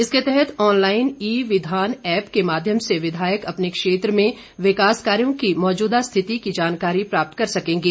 इसके तहत online e Vidhan app के माध्यम से विधायक अपने क्षेत्र में विकास कार्यों की वर्तमान स्थिति की जानकारी प्राप्त कर सकेंगे